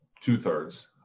Two-thirds